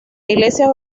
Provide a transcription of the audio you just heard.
iglesias